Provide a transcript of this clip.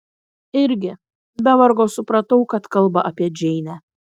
irgi be vargo supratau kad kalba apie džeinę